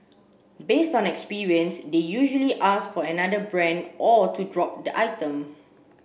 based on experience they usually ask for another brand or to drop the item